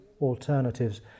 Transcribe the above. alternatives